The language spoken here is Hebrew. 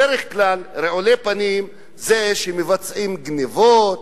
בדרך כלל, רעולי פנים הם אלה שמבצעים גנבות,